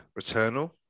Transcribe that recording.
Returnal